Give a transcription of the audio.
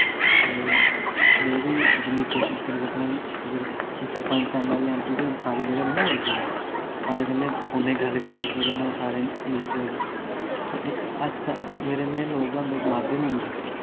ते में बी जिन्नी कोशिश करी सकना कि अगर हून सरपंच ऐम्मऐल्लए ऐम्मपी सारी जगह् निं ना जाई सकदा सारें कन्नै फोनै गल्ल बी निं करी सकदा ना सारें मिली सकदा ते इक अस ता मेरे नेह् लोक होंदे इक माध्यम होंदे